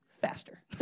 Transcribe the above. faster